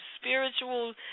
spiritual